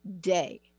day